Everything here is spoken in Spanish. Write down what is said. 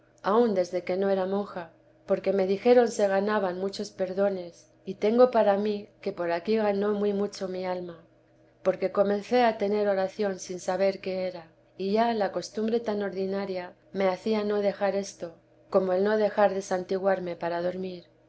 aun desde que no era monja porque me dijeron se ganaban muchos perdones y tengo para mí que por aquí ganó muy mucho mi alma porque comencé a tener oración sin saber qué era y ya la costumbre tan ordinaria me hacía no dejar esto como el no dejar de santiguarme para dormir